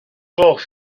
gloch